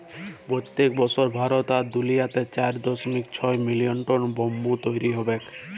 পইত্তেক বসর ভারত আর দুলিয়াতে চার দশমিক ছয় মিলিয়ল টল ব্যাম্বু তৈরি হবেক